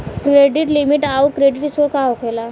Credit limit आउर credit score का होखेला?